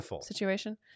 situation